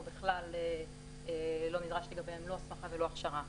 או בכלל לא נדרש לגביהן לא הסמכה ולא הכשרה.